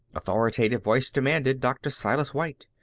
authoritative voices demanded dr. silas white.